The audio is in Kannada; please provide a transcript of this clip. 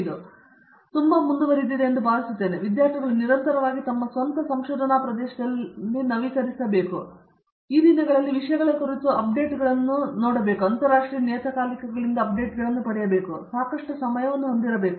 ಇದು ತುಂಬಾ ಮುಂದುವರೆದಿದೆ ಎಂದು ನಾನು ಭಾವಿಸುತ್ತೇನೆ ಮತ್ತು ವಿದ್ಯಾರ್ಥಿಗಳು ನಿರಂತರವಾಗಿ ತಮ್ಮ ಸ್ವಂತ ಸಂಶೋಧನಾ ಪ್ರದೇಶದಲ್ಲಿ ನವೀಕರಿಸಬೇಕು ಮತ್ತು ಅವರು ಈ ದಿನಗಳಲ್ಲಿ ಈ ವಿಷಯಗಳ ಕುರಿತು ಅಪ್ಡೇಟ್ಗಳನ್ನು ಅಂತರರಾಷ್ಟ್ರೀಯ ನಿಯತಕಾಲಿಕಗಳಿಂದ ಪಡೆಯುವುದಕ್ಕಾಗಿ ಸಾಕಷ್ಟು ಸಮಯವನ್ನು ಹೊಂದಿರಬೇಕು